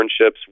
internships